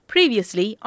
Previously